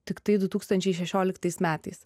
tiktai du tūkstančiai šešioliktais metais